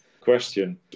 question